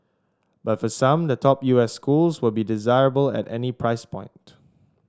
but for some the top U S schools will be desirable at any price point